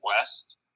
west